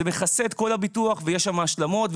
זה מכסה את כל הביטוח ויש שם השלמות.